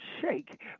shake